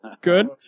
good